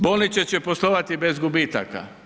Bolnice će poslovati bez gubitaka.